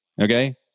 Okay